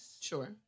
Sure